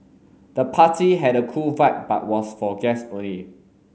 the party had a cool vibe but was for guests only